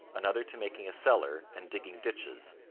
another to making a cellar and digging ditches,